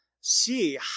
see